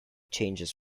changes